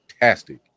fantastic